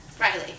Riley